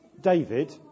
David